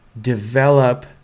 develop